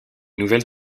nouvelles